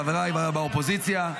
חבריי באופוזיציה,